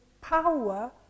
Power